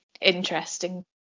interesting